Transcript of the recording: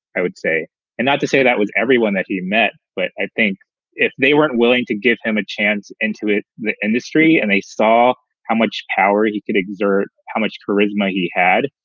i would say and not to say that was everyone that he met, but i think if they weren't willing to give him a chance into the industry and they saw how much power he could exert, how much charisma he had,